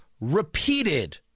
repeated